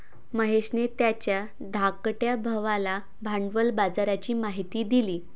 महेशने त्याच्या धाकट्या भावाला भांडवल बाजाराची माहिती दिली